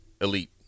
elite